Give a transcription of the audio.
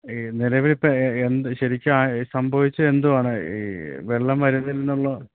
ഈ നിലവിലിപ്പോള് എന്ത് ശരിക്കു സംഭവിച്ചതെന്തുവാണ് ഈ വെള്ളം വരുന്നില്ലെന്നുള്ള